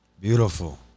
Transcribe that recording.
Beautiful